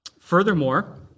Furthermore